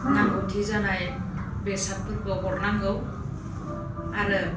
नांगौथि जानाय बेसादफोरखौ हरनांगौ आरो